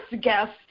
guest